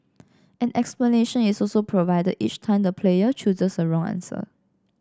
an explanation is also provided each time the player chooses a wrong answer